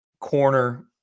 corner